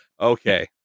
okay